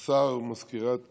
השר, מזכירת